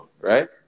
right